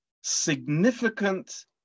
significant